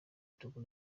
togo